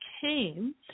came